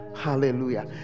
Hallelujah